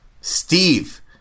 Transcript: Steve